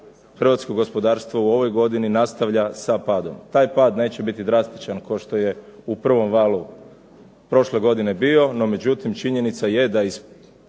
Hrvatsko gospodarstvo u ovoj godini nastavlja sa padom. Taj pad neće biti drastičan no što je u prvom valu prošle godine bio no, međutim, činjenica je ono